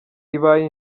ibaye